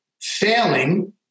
failing